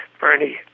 Bernie